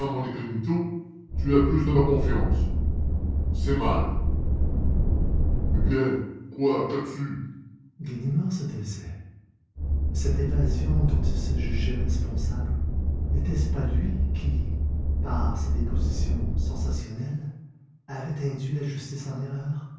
vous abusez de ma confiance c'est mal eh bien quoi qu'avez-vous ganimard se taisait cette évasion dont il se jugeait responsable nétait ce pas lui qui par sa déposition sensationnelle avait induit la justice en erreur